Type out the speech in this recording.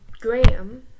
Graham